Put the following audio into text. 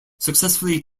successfully